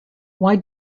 why